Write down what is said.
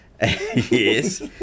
Yes